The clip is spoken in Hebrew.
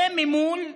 וממול,